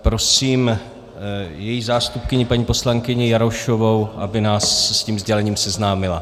Prosím její zástupkyni paní poslankyni Jarošovou, aby nás s tím sdělením seznámila.